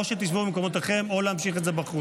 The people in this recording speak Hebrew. או שתשבו במקומותיכם או להמשיך את זה בחוץ.